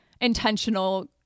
intentional